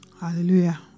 Hallelujah